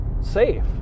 safe